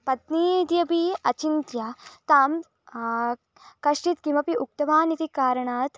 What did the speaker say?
पत्नी इति अपि अचिन्त्य तां कश्चित् किमपि उक्तवान् इति कारणात्